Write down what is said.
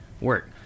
work